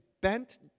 bent